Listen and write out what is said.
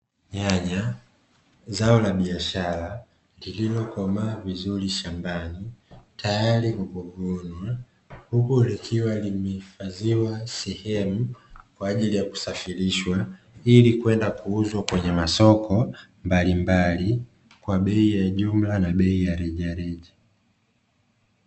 Nyanya, zao la biashara lililokomaa vizuri shambani tayari kwa kuvunwa, huku likiwa limehifadhiwa sehemu kwa ajili ya kusafirishwa ili kwenda kuuzwa kwenye masoko mbalimbali kwa bei ya jumla na bei ya rejareja.